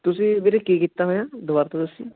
ਤੁਸੀਂ ਵੀਰੇ ਕੀ ਕੀਤਾ ਹੋਇਆ ਦੁਬਾਰਾ ਤੋਂ ਦੱਸਿਓ